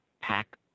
Pack